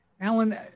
Alan